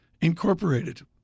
Incorporated